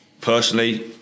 personally